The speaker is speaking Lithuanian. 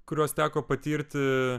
kuriuos teko patirti